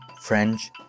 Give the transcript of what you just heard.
French